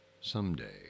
someday